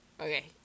Okay